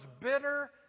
bitter